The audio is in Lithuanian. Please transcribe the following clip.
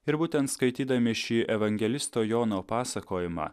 ir būtent skaitydami šį evangelisto jono pasakojimą